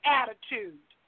attitude